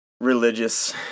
religious